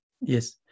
yes